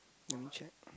let me check